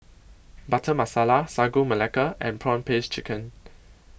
Butter Masala Sagu Melaka and Prawn Paste Chicken